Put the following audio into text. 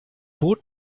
bot